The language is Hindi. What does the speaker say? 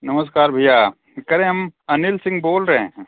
नमस्कार भैया जी कह रहे हैं हम अनिल सिंह बोल रहे हैं